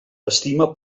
estima